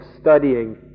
studying